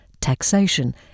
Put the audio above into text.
taxation